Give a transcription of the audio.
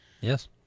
Yes